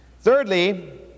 Thirdly